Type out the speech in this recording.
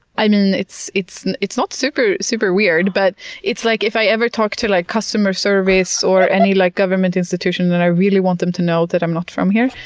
i mean it's it's not super super weird, but it's like if i ever talk to like customer service or any like government institution that i really want them to know that i'm not from here.